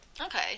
okay